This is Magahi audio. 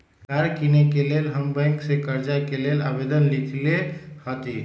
कार किनेके लेल हम बैंक से कर्जा के लेल आवेदन लिखलेए हती